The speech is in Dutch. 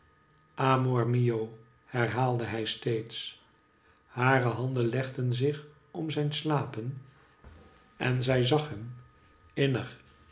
amor mio herhaalde hij steeds hare handen legden zich om zijn slapen en zij zag hem innig